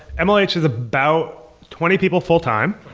and mlh yeah is about twenty people full-time.